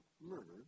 murdered